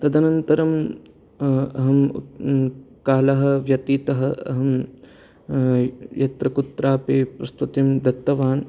तदनन्तरं अहं कालः व्यतीतः अहं यत्र कुत्रापि प्रस्तुतिं दत्तवान्